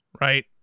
right